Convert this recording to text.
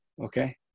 okay